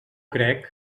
crec